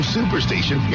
Superstation